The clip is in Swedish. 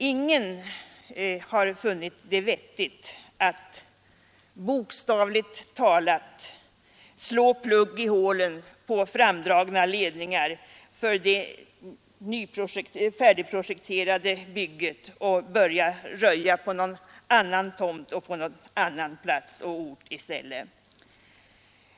Ingen har funnit det vettigt att bokstavligt talat slå plugg i hålen på framdragna ledningar för det färdigprojekterade bygget och börja röja på annan tomt och annan ort i stället.